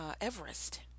Everest